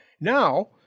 now